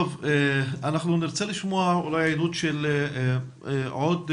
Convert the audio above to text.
טוב, אנחנו נרצה לשמוע אולי עדות של עוד הורה,